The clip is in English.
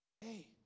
Hey